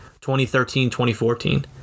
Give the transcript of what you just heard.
2013-2014